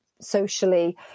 socially